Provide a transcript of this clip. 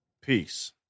Peace